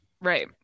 Right